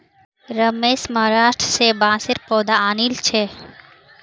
रमेश महाराष्ट्र स बांसेर पौधा आनिल छ